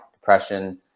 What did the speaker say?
depression